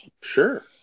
Sure